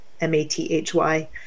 M-A-T-H-Y